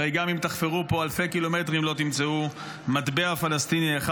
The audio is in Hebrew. הרי גם אם תחפרו פה אלפי קילומטרים לא תמצאו מטבע פלסטיני אחד,